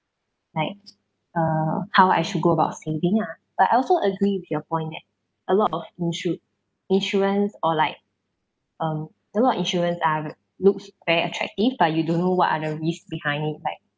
like uh how I should go about saving ah but I also agree with your point that a lot of insu~ insurance or like um there are a lot of insurance are looks very attractive but you don't know what are the risk behind it like